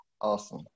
awesome